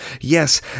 Yes